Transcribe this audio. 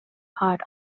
part